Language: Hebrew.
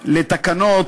לתקנות.